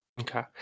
Okay